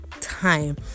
time